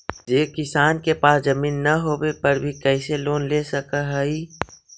जे किसान के पास जमीन न होवे पर भी कैसे लोन ले सक हइ?